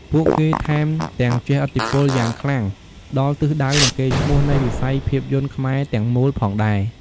ពួកគេថែមទាំងជះឥទ្ធិពលយ៉ាងខ្លាំងដល់ ទិសដៅ និងកេរ្តិ៍ឈ្មោះនៃវិស័យភាពយន្តខ្មែរទាំងមូល ផងដែរ។